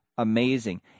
Amazing